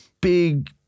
big